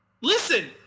Listen